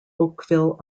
oakville